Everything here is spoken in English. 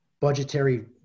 budgetary